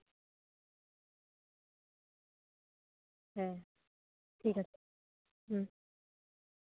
ᱦᱮᱸ ᱴᱷᱤᱠ ᱟᱪᱷᱮ ᱦᱩᱸ